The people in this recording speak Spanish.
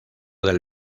del